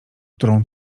którą